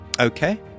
Okay